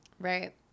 Right